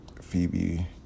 Phoebe